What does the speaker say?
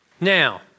Now